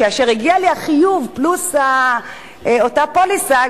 כאשר הגיע לי החיוב פלוס אותה פוליסה,